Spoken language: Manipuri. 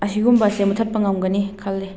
ꯑꯁꯤꯒꯨꯝꯕꯁꯦ ꯃꯨꯠꯊꯠꯄ ꯉꯝꯒꯅꯤ ꯈꯜꯂꯤ